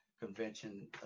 convention